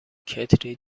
کتری